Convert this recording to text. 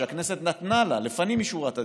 שהכנסת נתנה לה לפנים משורת הדין,